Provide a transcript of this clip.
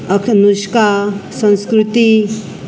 अखनुस्का संस्कृती